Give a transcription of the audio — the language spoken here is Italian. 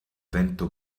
vento